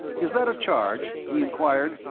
is that a charge, he inquired,